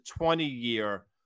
20-year